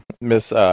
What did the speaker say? Miss